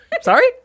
sorry